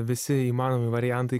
visi įmanomi variantai